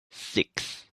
six